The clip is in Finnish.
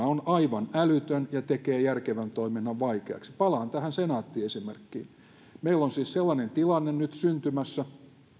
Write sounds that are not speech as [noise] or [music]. [unintelligible] on aivan älytön ja tekee järkevän toiminnan vaikeaksi palaan tähän senaatti esimerkkiin meillä on siis sellainen tilanne nyt syntymässä